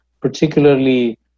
particularly